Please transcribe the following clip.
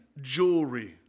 jewelry